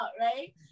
right